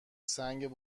سنگ